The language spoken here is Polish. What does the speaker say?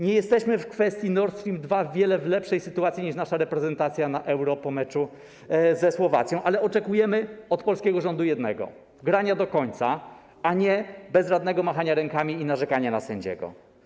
Nie jesteśmy w kwestii Nord Stream 2 w o wiele lepszej sytuacji niż nasza reprezentacja na Euro po meczu ze Słowacją, ale oczekujemy od polskiego rządu jednego: grania do końca, a nie bezradnego machania rękami i narzekania na sędziego.